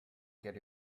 get